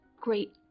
great